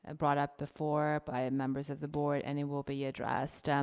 ah brought up before by members of the board and it will be addressed. and